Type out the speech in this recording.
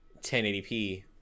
1080p